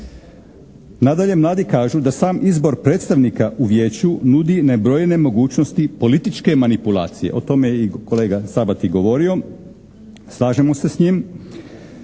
Nadalje mladi kažu da sam izbor predstavnika u Vijeću nudi nebrojene mogućnosti političke manipulacije. O tome je i i kolega Sabati govorio. Slažemo se s njim.